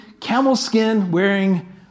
camel-skin-wearing